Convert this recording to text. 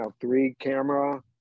three-camera